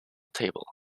table